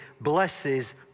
blesses